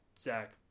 Zach